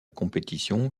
compétition